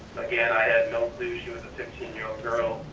again, i had no clue she was a fifteen year old girl.